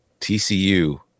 TCU